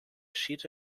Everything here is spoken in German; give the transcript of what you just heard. schied